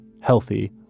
healthy